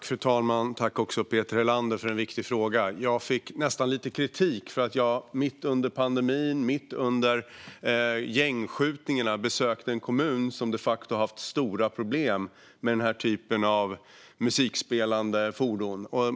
Fru talman! Tack, Peter Helander, för en viktig fråga! Jag fick nästan lite kritik för att jag mitt under pandemin och mitt under gängskjutningarna besökte en kommun som de facto har haft stora problem med den här typen av musikspelande fordon.